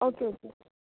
okay okay